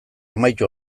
amaitu